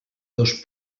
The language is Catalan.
dos